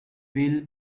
will